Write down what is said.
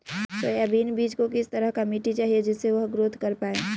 Soybean बीज को किस तरह का मिट्टी चाहिए जिससे वह ग्रोथ कर पाए?